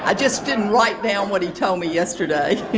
ah just didn't write down what he told me yesterday.